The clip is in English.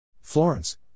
Florence